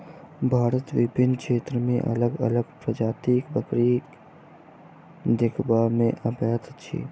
भारतक विभिन्न क्षेत्र मे अलग अलग प्रजातिक बकरी देखबा मे अबैत अछि